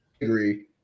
agree